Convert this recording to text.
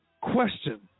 Question